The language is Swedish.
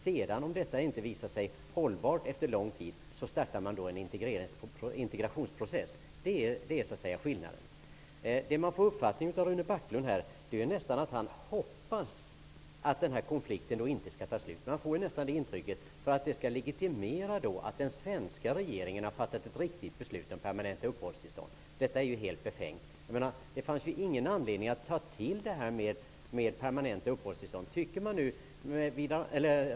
Om detta efter lång tid inte visar sig hållbart startar man en integrationsprocess. Det är skillnaden. Man får nästan uppfattningen att Rune Backlund hoppas att konflikten inte skall ta slut. Det skulle legitimera den svenska regeringens beslut om permanenta uppehållstillstånd. Detta är helt befängt. Det fanns ingen anledning att ta till permanenta uppehållstillstånd.